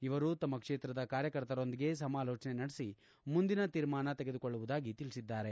ಇವರು ತಮ್ಮ ಕ್ಷೇತ್ರದ ಕಾರ್ಯಕರ್ತರೊಂದಿಗೆ ಸಮಾಲೋಚನೆ ನಡೆಸಿ ಮುಂದಿನ ತೀರ್ಮಾನ ತೆಗೆದುಕೊಳ್ಳುವುದಾಗಿ ತಿಳಿಸಿದ್ದಾರೆ